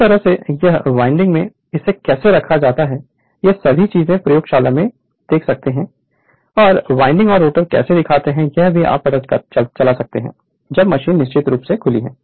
किस तरह सेयह वाइंडिंग में इसे कैसे रखा जाता है ये सभी चीजें प्रयोगशाला में देख सकते हैं की स्टेटर और रोटर कैसे दिखते हैं यह तभी पता चल सकता है जब मशीन निश्चित रूप से खुली हो